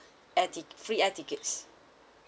air tic~ free air tickets